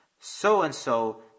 so-and-so